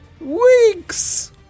Weeks